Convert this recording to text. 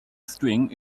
string